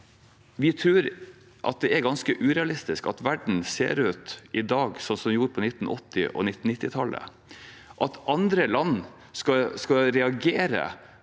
Vi tror det er ganske urealistisk å tenke at verden i dag ser ut som den gjorde på 1980- og 1990-tallet. At andre land skal reagere,